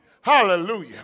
Hallelujah